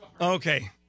okay